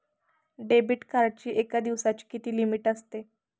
Debit कार्डची एका दिवसाची किती लिमिट असते?